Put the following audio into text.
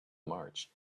march